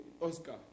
Oscar